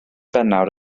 bennawd